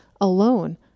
alone